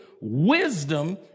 Wisdom